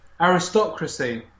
aristocracy